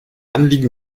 anliegen